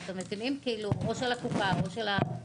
או של הקופה או שלנו.